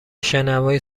شنوایی